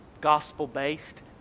gospel-based